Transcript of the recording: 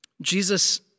Jesus